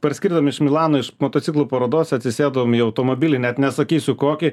parskridom iš milano iš motociklų parodos atsisėdom į automobilį net nesakysiu kokį